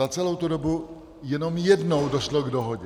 A za celou tu dobu jenom jednou došlo k dohodě.